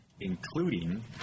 including